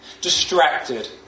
distracted